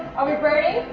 are we burning?